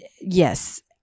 Yes